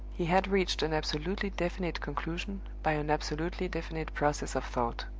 he had reached an absolutely definite conclusion by an absolutely definite process of thought.